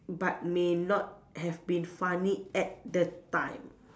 but may not have been funny at the time